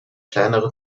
kleine